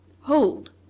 Hold